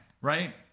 right